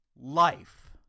Life